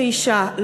ואישה,